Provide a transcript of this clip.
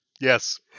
yes